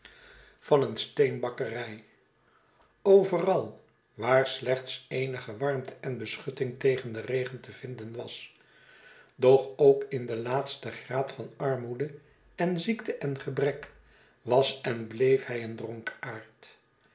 van een steenbakkerij overal waar slechts eenige warmte en beschutting tegen den regen te vinden was doch ook in dien laatsten graad van armoede en ziekte en gebrek was en bleef hij een